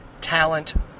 talent